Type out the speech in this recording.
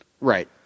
Right